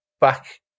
back